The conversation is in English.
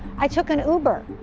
i took an uber.